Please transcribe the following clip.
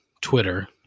Twitter